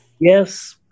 Yes